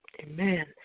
Amen